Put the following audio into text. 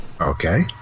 Okay